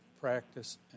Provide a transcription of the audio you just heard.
practice